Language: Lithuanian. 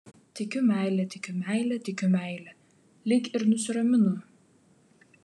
tikiu meile tikiu meile tikiu meile lyg ir nusiraminu